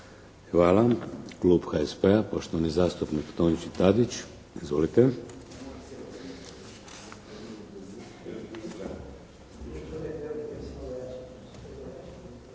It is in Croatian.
Hvala. Klub HSP-a, poštovani zastupnik Tonči Tadić. Izvolite.